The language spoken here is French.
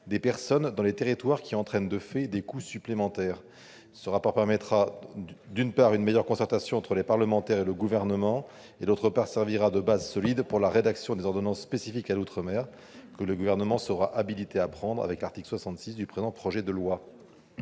des personnes dans les territoires qui entraînent de fait des coûts supplémentaires. D'une part, ce rapport permettra une meilleure concertation entre les parlementaires et le Gouvernement et, d'autre part, il servira de base solide à la rédaction des ordonnances spécifiques à l'outre-mer que le Gouvernement sera habilité à prendre au travers de l'article 66 du projet de loi.